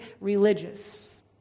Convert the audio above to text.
religious